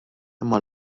imma